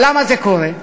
אבל למה זה קורה?